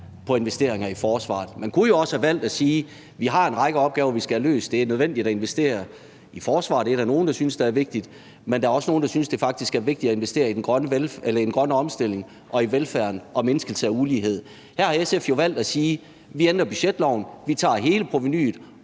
på investeringer i forsvaret. Man kunne jo også have valgt at sige: Vi har en række opgaver, vi skal have løst; det er nødvendigt at investere i forsvar – det er der nogle, der synes er vigtigt, men der er også nogle, der synes, det faktisk er vigtigt at investere i den grønne omstilling, i velfærden og i mindskelse af ulighed. Her har SF jo valgt at sige: Vi ændrer budgetloven, vi tager hele provenuet,